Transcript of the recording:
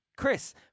Chris